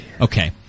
Okay